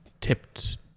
tipped